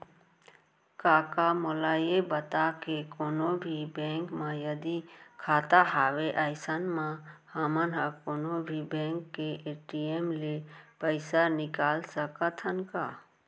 कका मोला ये बता के कोनों भी बेंक म यदि खाता हवय अइसन म हमन ह कोनों भी बेंक के ए.टी.एम ले पइसा निकाल सकत हन का?